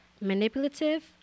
manipulative